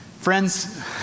Friends